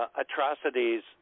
Atrocities